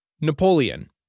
Napoleon